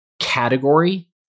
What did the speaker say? category